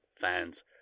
fans